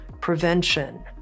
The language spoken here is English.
Prevention